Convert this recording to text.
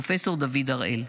פרופ' דוד הראל.